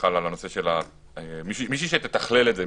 על הנושא של מישהי שתתכלל את זה,